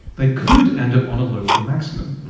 they could end up on a local maximum.